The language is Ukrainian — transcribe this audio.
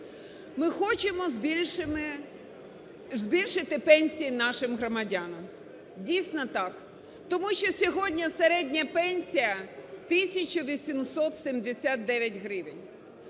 Ми хочемо збільшити пенсії нашим громадянам. Дійсно, так, тому що сьогодні середня пенсія – 1 тисяча 879 гривень.